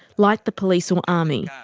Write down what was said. like the police or army.